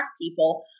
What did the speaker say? people